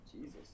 Jesus